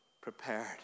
prepared